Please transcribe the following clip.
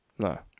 no